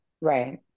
Right